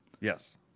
Yes